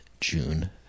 June